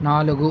నాలుగు